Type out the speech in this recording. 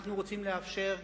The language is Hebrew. אנחנו רוצים לאפשר,